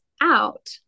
out